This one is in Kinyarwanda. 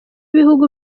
ibihugu